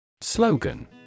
Slogan